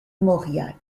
mauriac